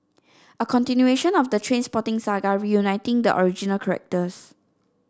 a continuation of the Trainspotting saga reuniting the original characters